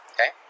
Okay